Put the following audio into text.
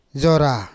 zora